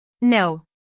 No